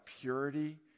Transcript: purity